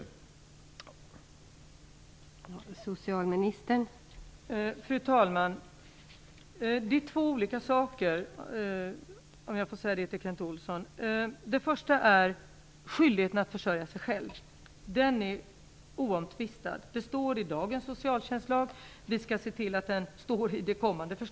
Nu är min taletid slut.